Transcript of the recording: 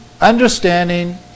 understanding